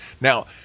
Now